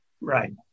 Right